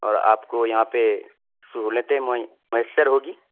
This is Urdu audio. اور آپ کو یہاں پہ سہولتیں میسر ہو گی